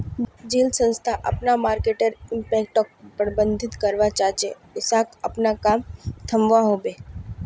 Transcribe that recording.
जेल संस्था अपना मर्केटर इम्पैक्टोक प्रबधित करवा चाह्चे उसाक अपना काम थम्वा होबे